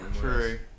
True